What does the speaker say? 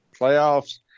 playoffs